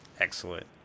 Excellent